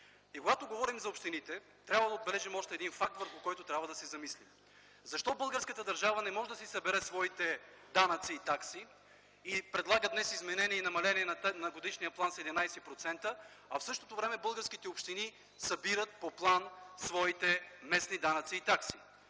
Когато говорим за общините трябва да отбележим още един факт, върху който трябва да се замислим. Защо българската държава не може да си събере своите данъци и такси и предлага днес изменение и намаление на годишния план с 11%, а в същото време българските общини събират по план своите местни данъци и такси?